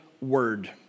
word